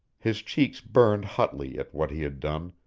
his cheeks burned hotly at what he had done,